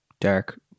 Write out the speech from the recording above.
dark